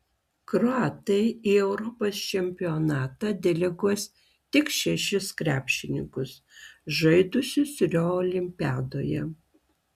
kroatai į europos čempionatą deleguos tik šešis krepšininkus žaidusius rio olimpiadoje